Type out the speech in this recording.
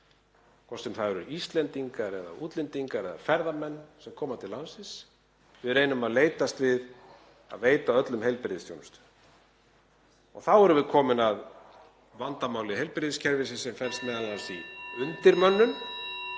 hvort sem það eru Íslendingar, útlendingar eða ferðamenn sem koma til landsins. Við reynum að leitast við að veita öllum heilbrigðisþjónustu. Þá erum við komin að vandamáli heilbrigðiskerfisins sem felst m.a. í undirmönnun.